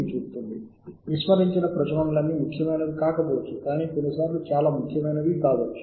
ఈ జాబితా నుండి మనకు అవసరమైన రిఫరెన్స్ అంశాలను ఎలా సేకరిస్తాము